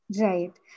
right